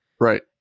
Right